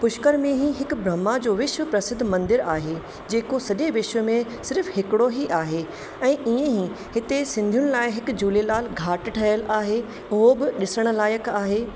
पुष्कर में ई हिकु ब्रहमा जो विश्व प्रसिद्ध मंदिर आहे जेको सॼे विश्व में सिर्फ़ु हिकिड़ो ई आहे ऐं ईअं ई हिते सिंधियुनि लाइ हिकु झूलेलाल घाटि ठहियलु आहे उहो ब ॾिसण लाइक़ु आहे